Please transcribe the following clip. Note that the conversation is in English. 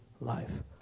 life